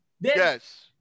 Yes